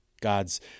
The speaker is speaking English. God's